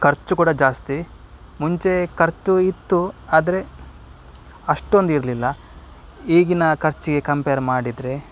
ಖರ್ಚು ಕೂಡ ಜಾಸ್ತಿ ಮುಂಚೆ ಖರ್ಚು ಇತ್ತು ಆದರೆ ಅಷ್ಟೊಂದು ಇರಲಿಲ್ಲ ಈಗಿನ ಖರ್ಚಿಗೆ ಕಂಪೇರ್ ಮಾಡಿದರೆ